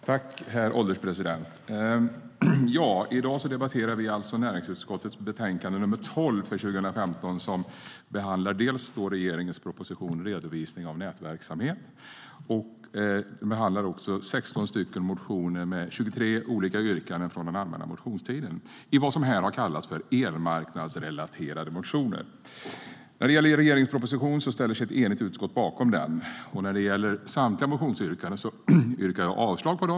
STYLEREF Kantrubrik \* MERGEFORMAT Redovisning av elnätsverksamhet< 15, som behandlar regeringens proposition Redovisning av elnätsverksamhetNär det gäller regeringens proposition ställer sig ett enigt utskott bakom den. När det gäller samtliga motionsyrkanden yrkar jag avslag på dem.